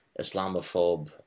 Islamophobe